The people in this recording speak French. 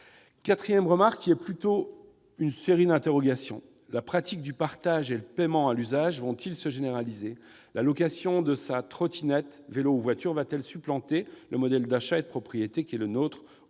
pas une remarque, mais une série d'interrogations. La pratique du partage et le paiement à l'usage vont-ils se généraliser ? La location de la trottinette, du vélo ou de la voiture va-t-elle supplanter le modèle d'achat et de propriété qui est le nôtre